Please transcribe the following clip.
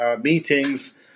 meetings